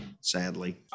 sadly